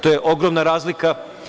To je ogromna razlika.